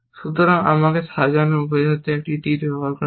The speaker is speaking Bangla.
সুতরাং আমাকে সাজানোর বোঝাতে একটি তীর ব্যবহার করা যাক